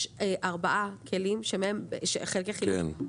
יש ארבעה כלים חלקי חילוף,